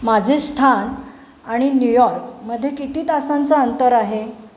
माझे स्थान आणि न्यूयॉर्क मध्ये किती तासांचं अंतर आहे